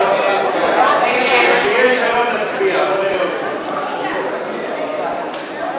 ההצעה להעביר את הצעת חוק סדרי השלטון והמשפט (ביטול החלת המשפט,